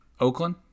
Oakland